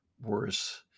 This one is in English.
worse